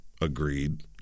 agreed